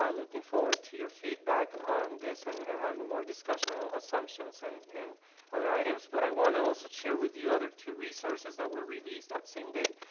um looking forward to your feedback on this and and having more discussion on assumptions and and other items, but i want to also share with you other two resources that were released that same date,